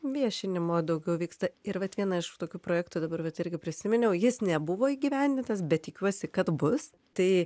viešinimo daugiau vyksta ir vat vieną iš tokių projektų dabar vat irgi prisiminiau jis nebuvo įgyvendintas bet tikiuosi kad bus tai